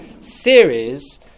series